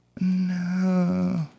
No